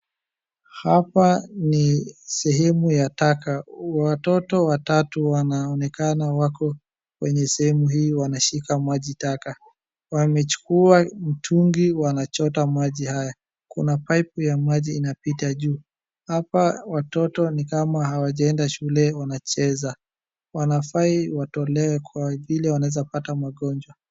Hapa ni sehemu ya taka. Watoto watatu wanaonekana wako kwenye sehemu hii wanashika maji taka. Wamechukua mtungi wanachota maji haya. Kuna paipu ya maji inapita juu. Hapa watoto ni kama hawajaenda shule wanacheza. Wanafai watolewe kwa ajiri wanaweza pata magonjwa.